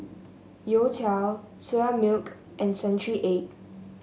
youtiao Soya Milk and Century Egg